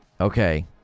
Okay